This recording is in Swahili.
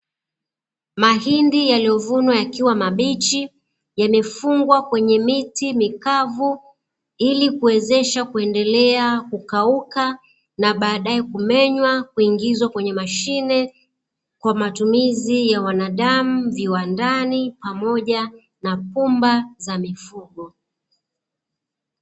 Mahindi yaliyovunwa yakiwa mabichi yamefungwa kwenye miti mikavu, ilikuwezesha kuendelea kukauka na baadae kumenywa, kuingizwa kwenye mashine kwa matumizi ya: wanadamu, viwandani pamoja na pumba za mifugo.